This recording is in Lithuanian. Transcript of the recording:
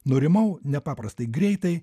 nurimau nepaprastai greitai